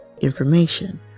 information